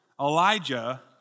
Elijah